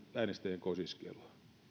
äänestäjien kosiskelua